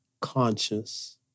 conscious